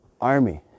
army